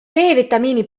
vitamiini